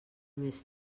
més